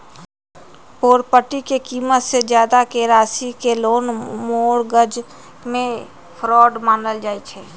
property के कीमत से जादा के राशि के लोन मोर्गज में फरौड मानल जाई छई